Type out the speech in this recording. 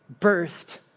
birthed